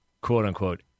quote-unquote